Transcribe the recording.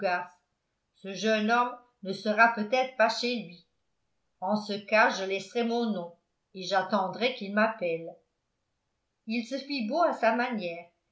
ce jeune homme ne sera peut-être pas chez lui en ce cas je laisserai mon nom et j'attendrai qu'il m'appelle il se fit beau à sa manière